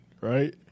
right